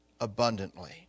abundantly